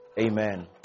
Amen